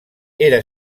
era